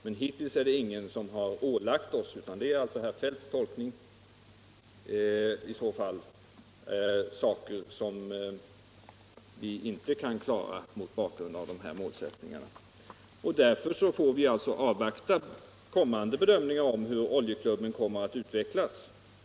Men hittills är det ingen som har ålagt oss — utan det är herr Feldts tolkning i så fall — något som vi inte kan klara mot bakgrund av dessa målsättningar. Därför får vi alltså avvakta framtida bedömningar om hur Oljeklubben kommer att utvecklas.